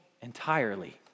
entirely